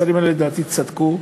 השרים האלה, לדעתי, צדקו.